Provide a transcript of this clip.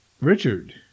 Richard